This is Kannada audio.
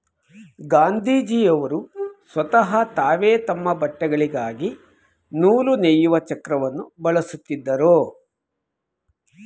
ಗಾಂಧೀಜಿಯವರು ಸ್ವತಹ ತಾವೇ ತಮ್ಮ ಬಟ್ಟೆಗಳಿಗಾಗಿ ನೂಲು ನೇಯುವ ಚಕ್ರವನ್ನು ಬಳಸುತ್ತಿದ್ದರು